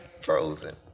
frozen